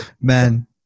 Man